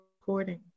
recording